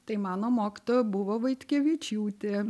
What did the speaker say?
tai mano mokytoja buvo vaitkevičiūtė